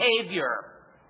behavior